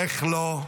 איך לא.